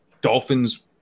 Dolphins